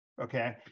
okay